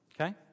Okay